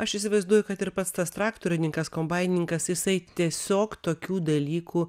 aš įsivaizduoju kad ir pats tas traktorininkas kombainininkas jisai tiesiog tokių dalykų